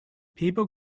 people